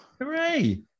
Hooray